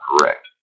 correct